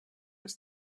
was